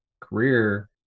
career